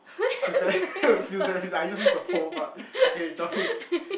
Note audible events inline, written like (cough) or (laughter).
(laughs)